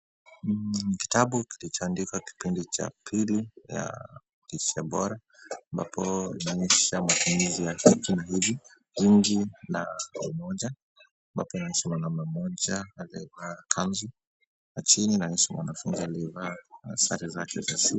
Ni kitabu kilichoandikwa kipindi cha pili lishe bora, ambapo kinaonyesha matumizi ya vitu viwili na kimoja ambapo tunaona mwanaume mmoja amevaa kanzu na chini ni inahusu mwanafunzi aliyevaa sare zake za shule.